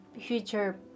future